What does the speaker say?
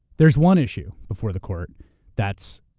there's one issue before the court that's